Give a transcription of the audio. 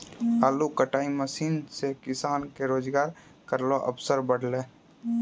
आलू कटाई मसीन सें किसान के रोजगार केरो अवसर बढ़लै